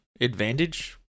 advantage